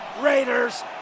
Raiders